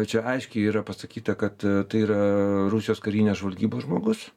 čia aiškiai yra pasakyta kad tai yra rusijos karinės žvalgybos žmogus